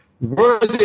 Worthy